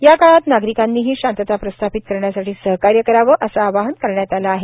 या काळात नागरिकांनीही शांतता प्रस्थापित करण्यासाठी सहकार्य करावे असे आवाहन करण्यात आले आहे